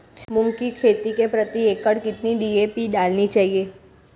मूंग की खेती में प्रति एकड़ कितनी डी.ए.पी डालनी चाहिए?